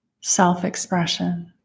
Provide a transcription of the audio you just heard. self-expression